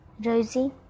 Rosie